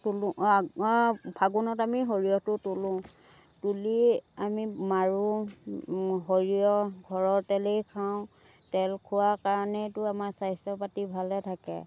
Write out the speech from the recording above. তোলোঁ ফাগুণত আমি সৰিয়হটো তোলোঁ তুলি আমি মাৰোঁ সৰিয়হ ঘৰৰ তেলেই খাওঁ তেল খোৱা কাৰণেইতো আমাৰ স্বাস্থ্য পাতি ভালে থাকে